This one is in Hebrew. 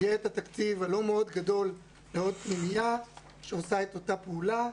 שיהיה את התקציב הלא מאוד גדול להפעלת הפנימייה שעושה את אותה פעולה.